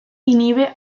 inhibe